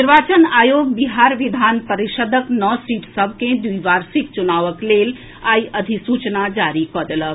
निर्वाचन आयोग बिहार विधान परिषदक नओ सीट सभ के द्विवार्षिक चुनावक लेल आइ अधिसूचना जारी कऽ देलक